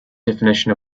definition